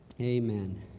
Amen